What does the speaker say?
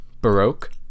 Baroque